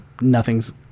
nothing's